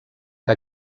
que